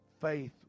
faith